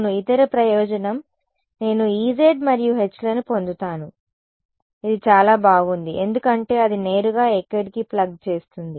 అవును ఇతర ప్రయోజనం నేను Ez మరియు Hలను పొందుతాను ఇది చాలా బాగుంది ఎందుకంటే అది నేరుగా ఎక్కడకి ప్లగ్ చేస్తుంది